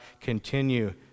continue